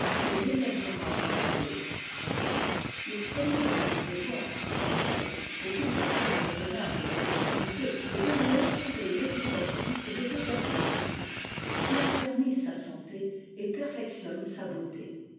et l'élèvera jusqu'à l'autre le premier de nos devoirs envers elle aucune personne raisonnable ne peut en douterest de lui assurer une éducation et des exercices physiques qui affermissent sa santé et perfectionnent sa beauté